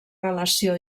relació